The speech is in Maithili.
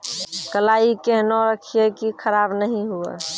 कलाई केहनो रखिए की खराब नहीं हुआ?